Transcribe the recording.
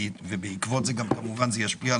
אני מבקש פטור על